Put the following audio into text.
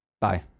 bye